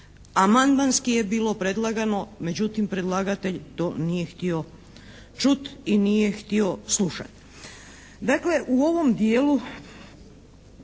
amandmanski je bilo predlagano, međutim predlagatelj to nije htio čuti i nije htio slušati.